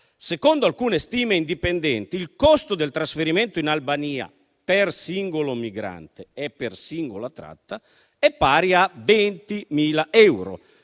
Secondo alcune stime indipendenti, il costo del trasferimento in Albania per singolo migrante e per singola tratta è pari a 20.000 euro.